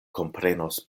komprenos